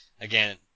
again